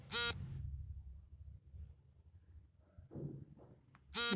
ಮೀನಿನ ಬಲೆಯನ್ನು ಬಳಸಿ ಮೀನು ಹಿಡಿಯುವುದು ಹೆಚ್ಚು ರೂಢಿಯಲ್ಲಿದೆ